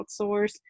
outsource